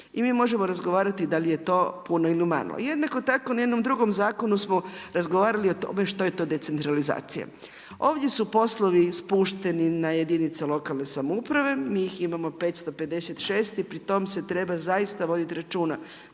I mi možemo razgovarati da li je to puno ili malo. I jednako tako na jednom drugom zakonu smo razgovarali o tome što je to decentralizacija. Ovdje su poslovi spušteni na jedinica lokalne samouprave, njih imamo 556 i pri tom se treba zaista voditi računa,